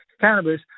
cannabis